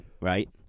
right